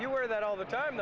you wear that all the time